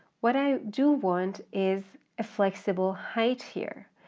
what i do want is a flexible height here.